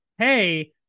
Hey